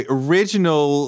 original